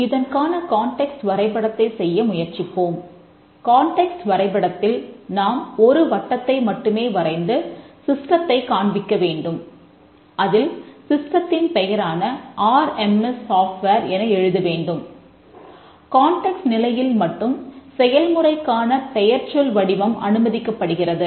இதற்கான கான்டெக்ட்ஸ் நிலையில் மட்டும் செயல்முறைக்கான பெயர்ச்சொல் வடிவம் அனுமதிக்கப்படுகிறது